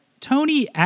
Tony